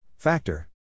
Factor